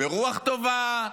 ברוח טובה,